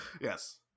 yes